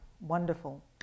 wonderful